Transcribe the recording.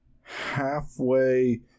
halfway